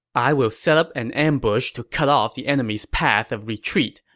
i will set up an ambush to cut off the enemy's path of retreat,